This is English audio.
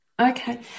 Okay